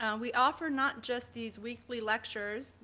and we offer not just these weekly lectures.